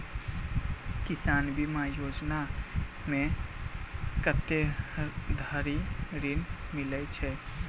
किसान बीमा योजना मे कत्ते धरि ऋण मिलय छै?